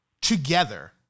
together